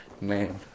Man